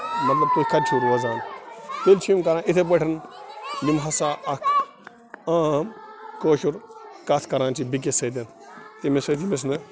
مطلب تُہۍ کَتہِ چھِو روزان تیٚلہِ چھِ یِم کَران یِتھے پٲٹھۍ یِم ہَسا اَکھ عام کٲشُر کَتھ کَران چھِ بیٚکِس سۭتۍ تٔمِس سۭتۍ ییٚمِس نہٕ